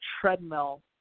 treadmill